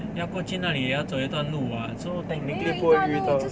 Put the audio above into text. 要过去那里也要走一段路啊 so technically 不会遇到